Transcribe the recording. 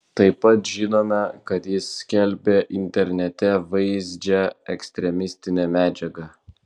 taip pat žinome kad jis skelbė internete vaizdžią ekstremistinę medžiagą